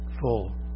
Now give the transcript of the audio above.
full